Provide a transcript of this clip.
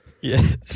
yes